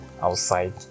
outside